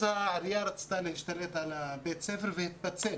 אז העירייה רצתה להשתלט על בית הספר והוא התפצל